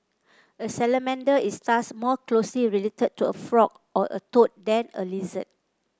a salamander is thus more closely related to a frog or a toad than a lizard